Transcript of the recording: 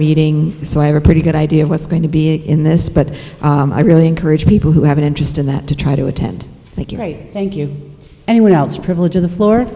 meeting so i have a pretty good idea of what's going to be in this but i really encourage people who have an interest in that to try to attend thank you great thank you anyone else privilege of the floor